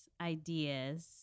ideas